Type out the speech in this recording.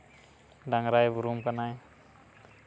ᱰᱟᱝᱨᱟᱭ ᱵᱩᱨᱩᱢ ᱠᱟᱱᱟᱭ